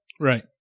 Right